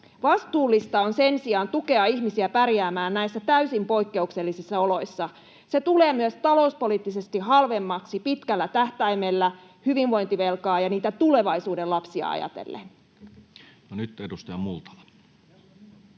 Vastuullista on sen sijaan tukea ihmisiä pärjäämään näissä täysin poikkeuksellisissa oloissa. Se tulee myös talouspoliittisesti halvemmaksi pitkällä tähtäimellä hyvinvointivelkaa ja niitä tulevaisuuden lapsia ajatellen. [Speech 140]